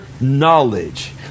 knowledge